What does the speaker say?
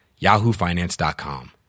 yahoofinance.com